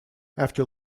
after